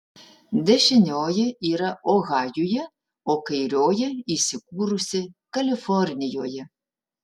dešinioji yra ohajuje o kairioji įsikūrusi kalifornijoje